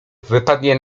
wypadnie